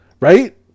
Right